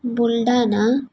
Buldhana